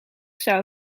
zou